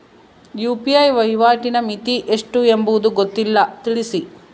UPI ವಹಿವಾಟಿನ ಮಿತಿ ಎಷ್ಟು ಎಂಬುದು ಗೊತ್ತಿಲ್ಲ? ತಿಳಿಸಿ?